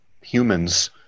humans